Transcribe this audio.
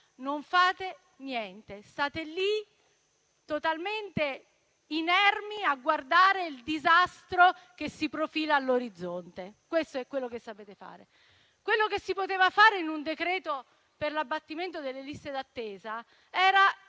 non fate niente, state lì totalmente inermi a guardare il disastro che si profila all'orizzonte. Questo è quello che sapete fare. Quello che si poteva fare in un decreto-legge per l'abbattimento delle liste d'attesa era